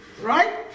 right